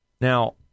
Now